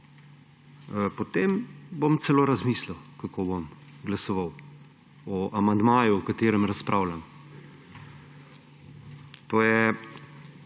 potem bom celo razmislil, kako bom glasoval o amandmaju, o katerem razpravljam. To je